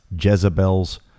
Jezebel's